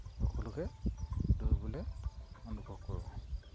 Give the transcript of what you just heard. সকলোকে দৌৰিবলৈ অনুভৱ কৰোঁ